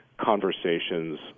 conversations